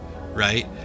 right